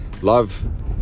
love